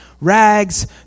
rags